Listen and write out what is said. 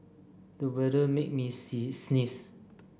the weather made me sees sneeze